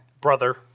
Brother